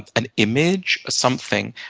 an image, something.